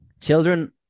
Children